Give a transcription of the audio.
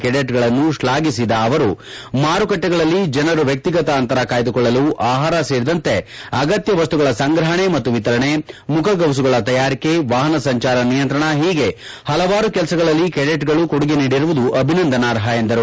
cadet ಗಳನ್ನು ಶ್ಲಾಘಿಸಿದ ಅವರು ಮಾರುಕಟ್ಟೆಗಳಲ್ಲಿ ಜನರು ವ್ಯಕ್ತಿಗತ ಅಂತರ ಕಾಯ್ದುಕೊಳ್ಳಲು ಆಹಾರ ಸೇರಿದಂತೆ ಅಗತ್ಯವಸ್ತುಗಳ ಸಂಗ್ರಹಣೆ ಮತ್ತು ವಿತರಣೆ ಮುಖಗವಸುಗಳ ತಯಾರಿಕೆ ವಾಹನ ಸಂಚಾರ ನಿಯಂತ್ರಣ ಹೀಗೆ ಹಲವಾರು ಕೆಲಸಗಳಲ್ಲಿ ಕೆಡೆಟ್ ಗಳು ಕೊಡುಗೆ ನೀಡಿರುವುದು ಅಭಿನಂದನಾರ್ಹ ಎಂದರು